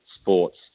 sports